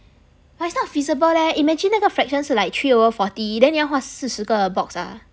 but it's not feasible leh imagine 那个 fraction 是 three over forty then 你要画四十个 box ah